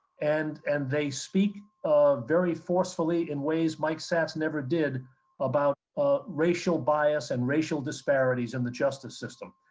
and and they speak um very forcefully in ways mike satz never did about racial bias and racial disparities in the justice system.